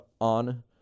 on